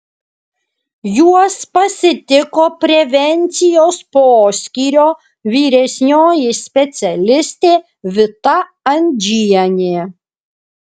juos pasitiko prevencijos poskyrio vyresnioji specialistė vita andžienė